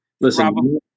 Listen